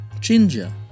Ginger